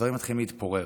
שהדברים מתחילים להתפורר,